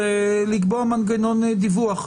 הוא לקבוע מנגנון דיווח.